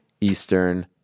Eastern